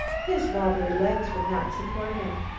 his wabbly legs would not support him.